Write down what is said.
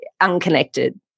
unconnected